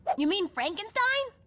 you mean frankenstein?